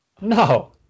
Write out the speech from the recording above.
no